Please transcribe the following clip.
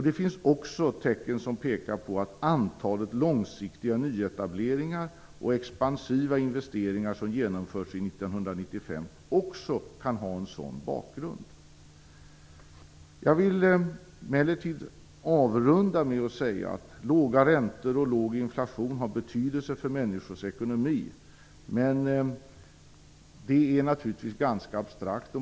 Det finns också tecken på att antalet långsiktiga nyetableringar och expansiva investeringar som genomfördes under 1995 kan ha en sådan bakgrund. Jag vill avrunda med att säga att låga räntor och låg inflation har betydelse för människors ekonomi men naturligtvis är något ganska abstrakt.